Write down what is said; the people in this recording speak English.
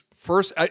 first